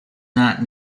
not